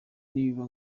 nibiba